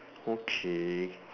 okay